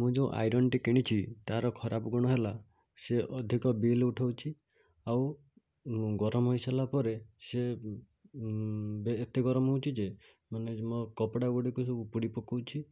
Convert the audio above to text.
ମୁଁ ଯେଉଁ ଆଇରନଟି କିଣିଛି ତାର ଖରାପ ଗୁଣ ହେଲା ସେ ଅଧିକ ବିଲ୍ ଉଠାଉଛି ଆଉ ଗରମ ହୋଇସାରିଲା ପରେ ସେ ଏତେ ଗରମ ହେଉଛି ଯେ ମାନେ ମୋ କପଡ଼ା ଗୁଡ଼ିକ ସବୁ ପୋଡ଼ି ପକାଉଛି